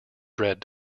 bred